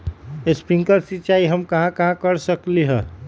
Sprinkle सिंचाई हम कहाँ कहाँ कर सकली ह?